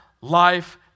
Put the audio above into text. life